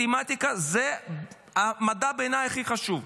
מתמטיקה זה המדע הכי חשוב בעיניי.